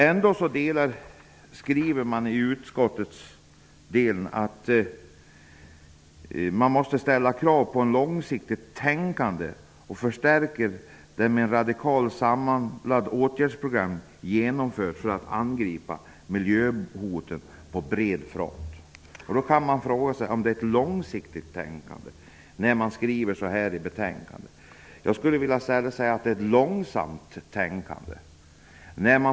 Trots detta skriver utskottet att man måste ställa krav på ett långsiktigt tänkande, och man förstärker det hela med tal om ett samlat åtgärdsprogram för att angripa miljöhoten på bred front. Man kan då fråga sig om det handlar om ett långsiktigt tänkande när man skriver som man gör i betänkandet. I stället skulle jag vilja säga att det handlar om ett långsamt tänkande.